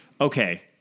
Okay